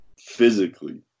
physically